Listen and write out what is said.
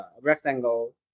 rectangle